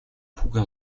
хүүгээ